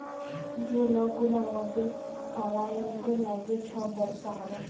যে লক গুলা উয়াদের কালাইয়েল্টের ল্যাইগে ছব ব্যবসা ক্যরে